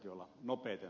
arvoisa puhemies